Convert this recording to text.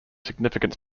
significant